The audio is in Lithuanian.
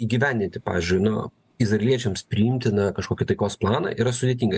įgyvendinti pavyžiui nu izraeliečiams priimtiną kažkokį taikos planą yra sudėtinga